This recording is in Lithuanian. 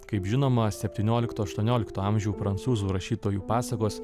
kaip žinoma septyniolikto aštuoniolikto amžių prancūzų rašytojų pasakos